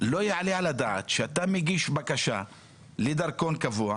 לא יעלה על הדעת שאתה מגיש בקשה לדרכון קבוע,